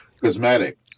cosmetic